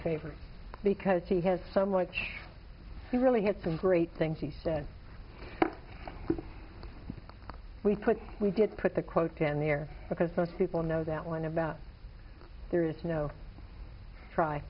favorite because he had so much he really had some great things he said we put we did put the quote in the air because most people know that one about there is no try